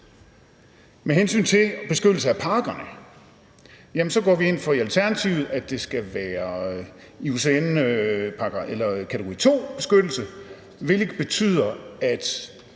Med hensyn til beskyttelse af parkerne går vi ind for i Alternativet, at det skal være IUCN's kategori II-beskyttelse, hvilket betyder, at